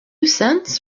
cents